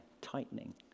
tightening